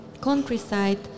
countryside